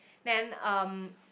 then um